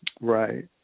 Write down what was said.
Right